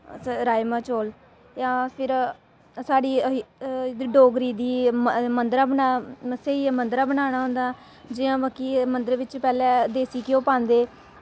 राजमाह् चौल जां फिर साढ़ी डोगरी दी मद्दरा स्हेई ऐ मद्दरा बनाना होंदा जि'यां कि मद्दरै बिच्च पैह्लें देसी घ्यो पांदे